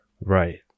Right